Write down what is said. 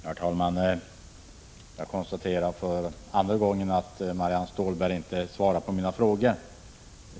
Herr talman! Jag konstaterar för andra gången att Marianne Stålberg inte svarar på mina frågor.